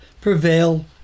prevail